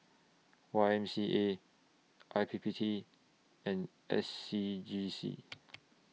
Y M C A I P P T and S C G C